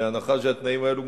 בהנחה שהתנאים האלה מוסכמים,